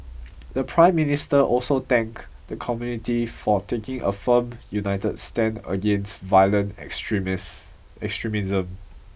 the Prime Minister also thank the community for taking a firm united stand against violent extremism